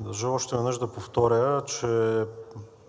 държа още веднъж да повторя, че